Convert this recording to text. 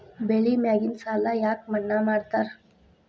ಬೆಳಿ ಮ್ಯಾಗಿನ ಸಾಲ ಯಾಕ ಮನ್ನಾ ಮಾಡ್ತಾರ?